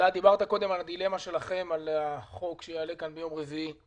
דיברת קודם על הדילמה שלכם לגבי הצעת החוק שתעלה כאן ביום רביעי.